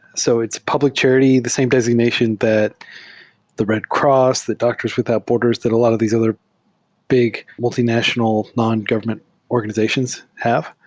so it's public charity. the same designation that the red cross, the doctors without borders, that a lot of these other big, multinational, nongovernment organizations have.